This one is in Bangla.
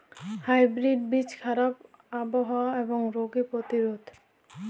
হাইব্রিড বীজ খারাপ আবহাওয়া এবং রোগে প্রতিরোধী